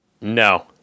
No